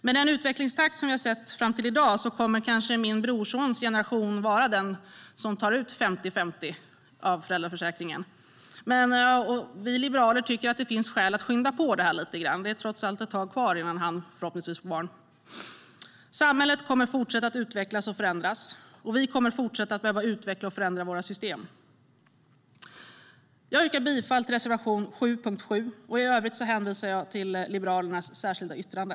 Med den utvecklingstakt som vi har sett fram till i dag kommer kanske min brorsons generation att vara den där man delar föräldraförsäkringen 50-50. Men vi liberaler tycker att det finns skäl att skynda på detta lite grann. Det är trots allt ett tag kvar innan han förhoppningsvis får barn. Samhället kommer att fortsätta att utvecklas och förändras, och vi kommer att behöva fortsätta att utveckla och förändra våra system. Jag yrkar bifall till reservation 7 under punkt 7. I övrigt hänvisar jag till Liberalernas särskilda yttrande.